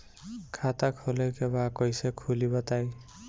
खाता खोले के बा कईसे खुली बताई?